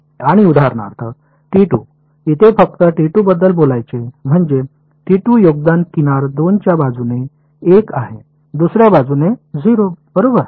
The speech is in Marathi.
आणि उदाहरणार्थ इथे फक्त बद्दल बोलायचे म्हणजे योगदान किनार 2 च्या बाजूने 1 आहे दुसऱ्या बाजूने 0 बरोबर